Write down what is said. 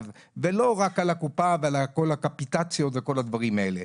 ולא רק על עצמן ועל כל הקפיטציות והדברים האלה.